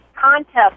contest